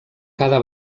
cada